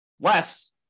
less